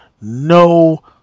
no